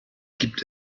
gibt